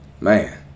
Man